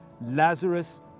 Lazarus